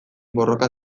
borroka